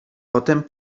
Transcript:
potem